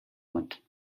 flint